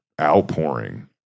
outpouring